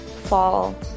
fall